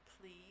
please